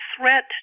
threat